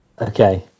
Okay